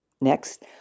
next